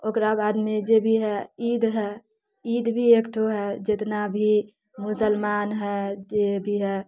ओकरा बादमे जे भी है ईद है ईद भी एकठु है जितना भी मुसलमान है जे भी है